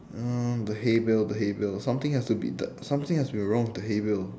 um the hay bale the hay bale something has to be the something has to be wrong with the hay bale